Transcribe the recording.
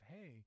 Hey